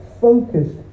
focused